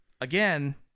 again